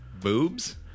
Boobs